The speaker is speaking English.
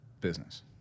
business